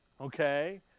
Okay